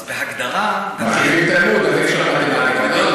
אז בהגדרה, מרחיבים תלמוד, אז אי-אפשר מתמטיקה.